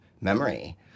memory